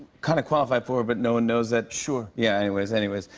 kind of qualified for, but no one knows that. sure. yeah. anyways, anyways.